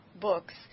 books